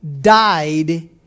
died